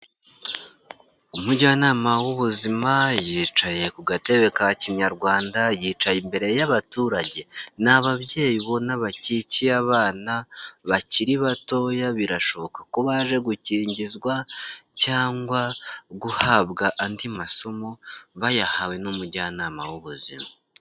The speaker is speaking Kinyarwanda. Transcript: Umujyanama w'ubuzima yicaye ku gatebe ka Kinyarwanda, yicaye imbere y'abaturage n'ababyeyi bo bakikiye abana bakiri batoya birashoboka ko baje gukingiza, cyangwa guhabwa andi masomo bayahawe n'umujyanama w'ubuzima.